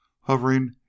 hovering